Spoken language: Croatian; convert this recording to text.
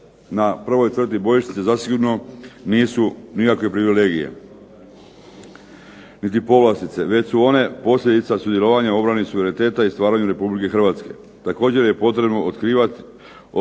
na prvoj crti bojišnice zasigurno nisu nikakve privilegije niti povlastice već su one posljedica sudjelovanja u obrani suvereniteta i stvaranju RH. Također je potrebno otkrivati,